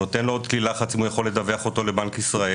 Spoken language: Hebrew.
הוא נותן לו עוד כלי לחץ אם הוא יכול לדווח אותו לבנק ישראל.